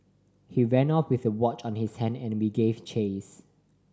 he ran off with the watch on his hand and we gave chase